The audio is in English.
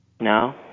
No